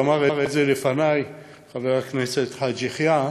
ואמר את זה לפני חבר הכנסת חאג' יחיא,